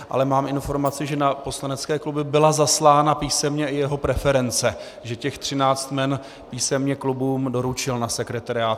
Ale mám informaci, že na poslanecké kluby byla zaslána písemně i jeho preference, že těch třináct jmen písemně klubům doručil na sekretariáty.